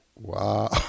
Wow